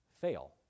fail